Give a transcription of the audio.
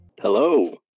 Hello